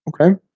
Okay